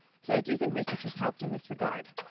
so i do think research has helped in this regard.